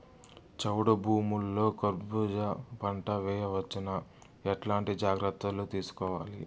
చౌడు భూముల్లో కర్బూజ పంట వేయవచ్చు నా? ఎట్లాంటి జాగ్రత్తలు తీసుకోవాలి?